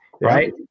right